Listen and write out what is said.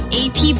ap